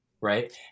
right